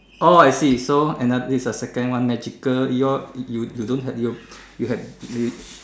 orh I see so another is a second one magical your you you don't have your you have you